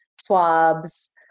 swabs